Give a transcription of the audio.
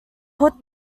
put